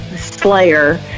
Slayer